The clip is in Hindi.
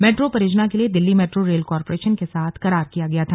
मेट्रो परियोजना के लिए दिल्ली मेट्रो रेल कॉर्पोरेशन के साथ करार किया गया था